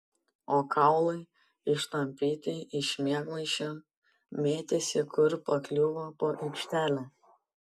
o kaulai ištampyti iš miegmaišio mėtėsi kur pakliūva po aikštelę